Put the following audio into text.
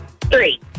Three